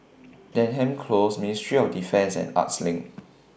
Denham Close Ministry of Defence and Arts LINK